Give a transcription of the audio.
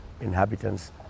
inhabitants